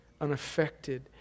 unaffected